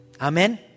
Amen